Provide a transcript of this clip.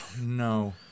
No